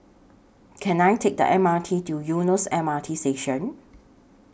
Can I Take The M R T to Eunos M R T Station